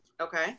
Okay